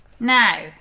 Now